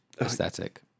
aesthetic